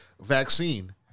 vaccine